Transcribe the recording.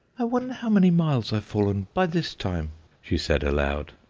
i wonder how many miles i've fallen by this time she said aloud.